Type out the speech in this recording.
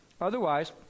Otherwise